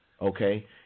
okay